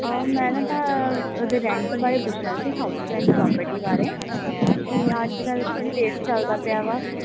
ਆ ਮੈਂ ਨਾ ਤਾਂ ਉਹਦੇ ਰੈਂਟ ਬਾਰੇ ਪੁੱਛਣਾ ਸੀ ਹਾਊਸ ਰੈਂਟ ਪ੍ਰੋਪਰਟੀ ਬਾਰੇ ਕਿ ਅੱਜ ਕੱਲ੍ਹ ਕੀ ਰੇਟ ਚੱਲਦਾ ਪਿਆ ਵਾ